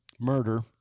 murder